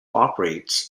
operates